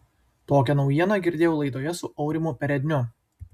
tokią naujieną girdėjau laidoje su aurimu peredniu